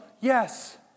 yes